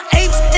apes